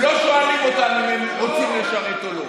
לא שואלים אותם אם הם רוצים לשרת או לא.